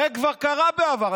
הרי כבר קרה בעבר.